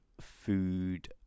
food